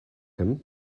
him